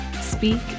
speak